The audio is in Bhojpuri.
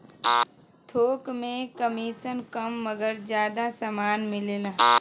थोक में कमिसन कम मगर जादा समान मिलेला